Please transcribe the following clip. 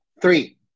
Three